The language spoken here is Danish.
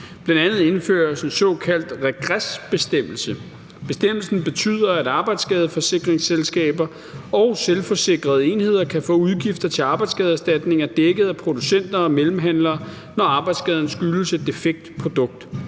Bl.a. indføres en såkaldt regresbestemmelse. Bestemmelsen betyder, at arbejdsskadeforsikringsselskaber og selvforsikrede enheder kan få udgifter til arbejdsskadeerstatninger dækket af producenter og mellemhandlere, når arbejdsskaden skyldes et defekt produkt.